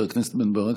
חבר הכנסת בן ברק,